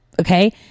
Okay